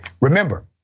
Remember